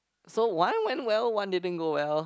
so one went well one didn't go well